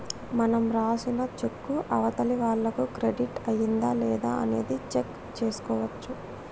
మనం రాసిన చెక్కు అవతలి వాళ్లకు క్రెడిట్ అయ్యిందా లేదా అనేది చెక్ చేసుకోవచ్చు